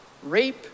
rape